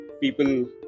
people